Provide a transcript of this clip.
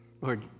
Lord